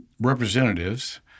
representatives